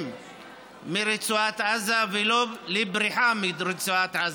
ברצועת עזה ולא לבריחה מרצועת עזה.